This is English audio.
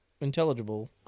intelligible